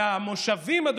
המושבים הריקים,